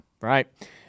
right